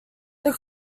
this